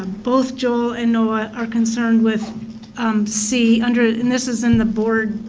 ah both joel and noah are concerned with um c, and and this is in the board